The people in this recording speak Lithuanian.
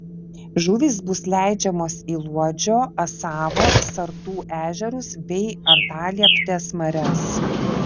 žuvys bus leidžiamos į luodžio asavo sartų ežerus bei antalieptės marias